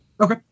Okay